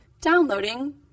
Downloading